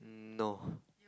no